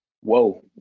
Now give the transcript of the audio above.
whoa